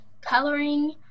coloring